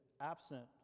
absent